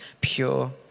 pure